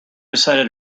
decided